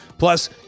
Plus